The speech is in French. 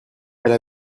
elle